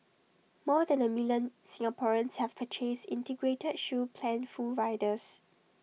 more than A million Singaporeans have purchased integrated shield plan full riders